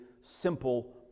simple